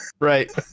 Right